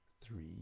three